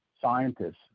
scientists